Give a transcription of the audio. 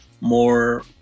more